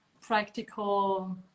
practical